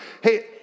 Hey